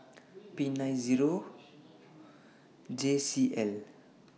P nine Zero J C L